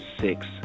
six